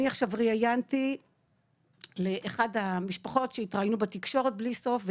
אני עכשיו ראיינתי לאחת המשפחות שהתראיינו בתקשורת בלי סוף,